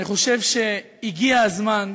אני חושב שהגיע הזמן,